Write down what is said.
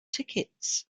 tickets